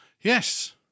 Yes